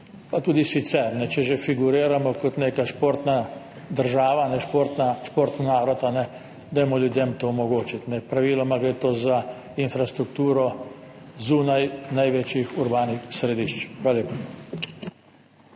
Pa tudi sicer, če se že figuriramo kot neka športna država, športni narod, dajmo ljudem to omogočiti. Praviloma gre za infrastrukturo zunaj največjih urbanih središč. Hvala lepa.